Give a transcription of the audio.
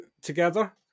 together